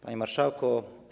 Panie Marszałku!